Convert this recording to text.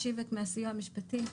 הסיוע המשפטי,